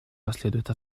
последует